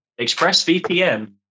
ExpressVPN